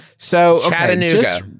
Chattanooga